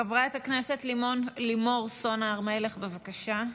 חברת הכנסת לימור סון הר מלך, בבקשה.